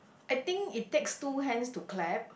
I think it takes two hands to clap